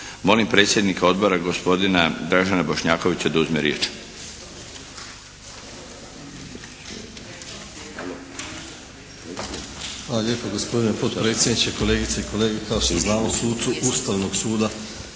Molim predsjednika Odbora, gospodina Dražena Bošnjakovića da uzme riječ.